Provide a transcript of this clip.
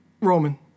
Roman